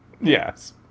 Yes